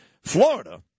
Florida